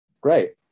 great